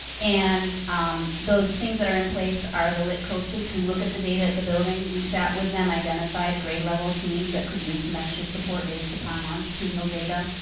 and those things that are in place are the lit coaches who look at the data at the building. we sat with them, identified grade level teams that could use some extra support based upon longitudinal data.